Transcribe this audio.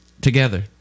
together